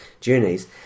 journeys